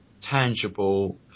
tangible